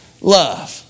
love